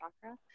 chakra